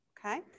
Okay